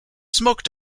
smoke